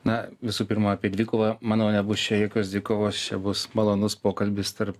na visų pirma apie dvikovą manau nebus čia jokios dvikovos čia bus malonus pokalbis tarp